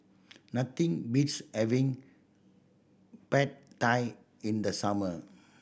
nothing beats having Pad Thai in the summer